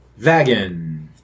Vagin